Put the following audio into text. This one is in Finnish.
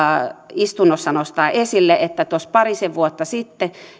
istunnossa nostaa esille kun tuossa parisen vuotta sitten